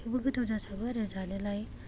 थेवबो गोथाव जासाबो आरो जानोलाय